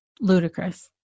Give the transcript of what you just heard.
Ludicrous